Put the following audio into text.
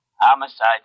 Homicide